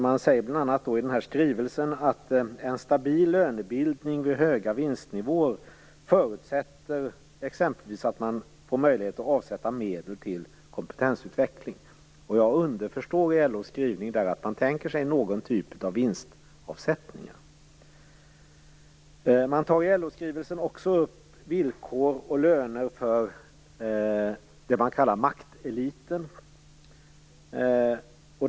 Man säger i sin skrivelse bl.a. att en stabil lönebildning vid höga vinstnivåer förutsätter exempelvis att man får möjlighet att avsätta medel till kompetensutveckling. Jag underförstår LO:s skrivning där att man tänker sig någon typ av vinstavsättningar. Man tar i LO-skrivelsen också upp villkor och löner för det man kallar makteliten.